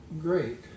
great